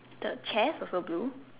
the chairs also blue